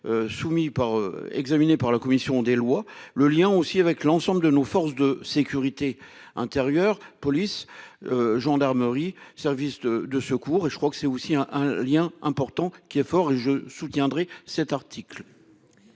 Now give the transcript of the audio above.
examiné par la commission des lois, le lien aussi avec l'ensemble de nos forces de sécurité intérieure, police. Gendarmerie, services de secours, et je crois que c'est aussi un, un lien important qui est fort et je soutiendrai cet article.